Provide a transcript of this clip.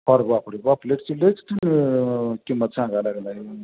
अरे बापरे पापलेटची लईच किंमत सांगाय लागला आहे